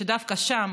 ודווקא שם,